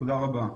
תודה רבה.